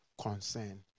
concern